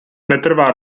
netrvá